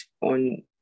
on